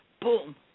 Boom